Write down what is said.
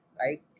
right